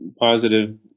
positive